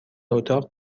اتاق